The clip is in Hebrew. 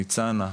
ניצנה,